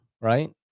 right